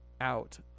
out